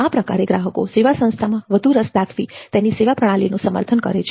આ પ્રકારે ગ્રાહકો સેવા સંસ્થામાં વધુ રસ દાખવી તેની સેવા પ્રણાલીનું સમર્થન કરે છે